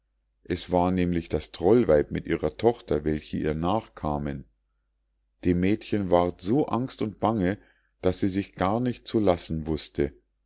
es war nämlich das trollweib mit ihrer tochter welche ihr nachkamen dem mädchen ward so angst und bange daß sie sich gar nicht zu lassen wußte